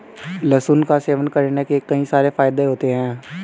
लहसुन का सेवन करने के कई सारे फायदे होते है